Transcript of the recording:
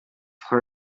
her